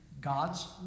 God's